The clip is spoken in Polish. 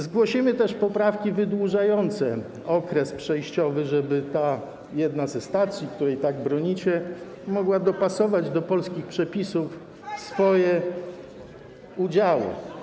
Zgłosimy też poprawki wydłużające okres przejściowy, żeby ta jedna ze stacji, której tak bronicie, mogła dopasować do polskich przepisów swoje udziały.